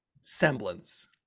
semblance